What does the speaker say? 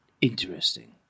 Interesting